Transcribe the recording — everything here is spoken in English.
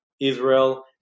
Israel